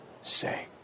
say